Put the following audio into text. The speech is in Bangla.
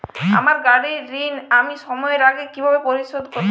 আমার গাড়ির ঋণ আমি সময়ের আগে কিভাবে পরিশোধ করবো?